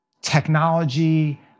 technology